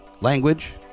language